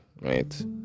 right